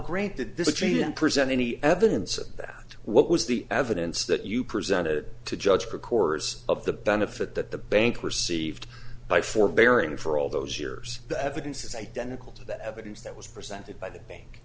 granted the change and present any evidence that what was the evidence that you presented to judge her course of the benefit that the bank received by forbearing for all those years the evidence is identical to the evidence that was presented by the bank